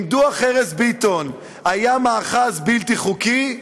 אם דוח ארז ביטון היה מאחז בלתי חוקי,